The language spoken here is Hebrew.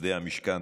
עובדי המשכן,